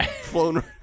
flown